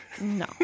No